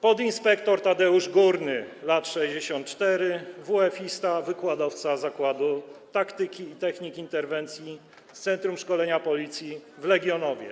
Podinsp. Tadeusz Górny, lat 64, wuefista, wykładowca Zakładu Taktyki i Technik Interwencji z Centrum Szkolenia Policji w Legionowie.